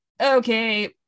okay